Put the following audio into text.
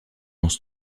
lance